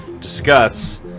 discuss